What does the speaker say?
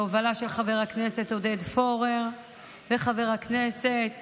בהובלה של חבר הכנסת עודד פורר וחבר הכנסת